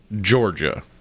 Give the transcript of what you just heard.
Georgia